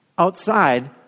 outside